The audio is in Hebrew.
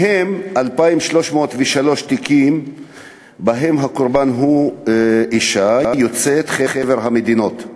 מהם 2,303 תיקים שבהם הקורבן הוא אישה יוצאת חבר המדינות,